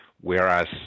whereas